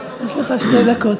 יש לך שתי דקות.